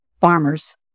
farmers